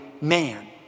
man